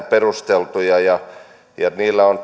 perusteltuja ja niillä on